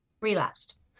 relapsed